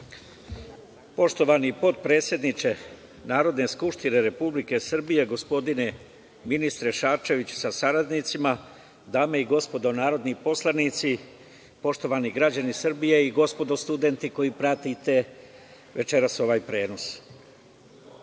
Poštovani potpredsedniče Narodne skupštine Republike Srbije, gospodine ministre Šarčeviću sa saradnicima, dame i gospodo narodni poslanici, poštovani građani Srbije i gospodo studenti koji pratite večeras ovaj prenos,